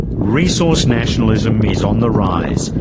resource nationalism is on the rise,